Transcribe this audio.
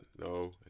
no